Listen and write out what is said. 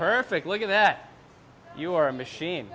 perfect look at that you are a machine